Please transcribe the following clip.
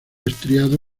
estriado